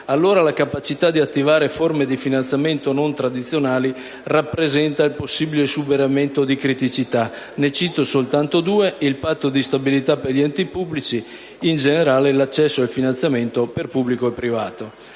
allora la capacità di attivare forme di finanziamento non tradizionali rappresenta il possibile superamento di criticità. Ne cito soltanto due: il Patto di stabilità per gli enti pubblici e in generale l'accesso al finanziamento per pubblico e privato.